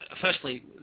Firstly